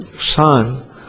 son